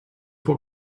può